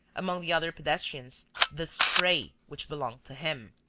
among the other pedestrians, this prey which belonged to him.